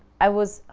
i was,